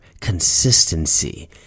consistency